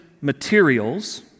materials